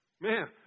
Man